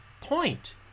point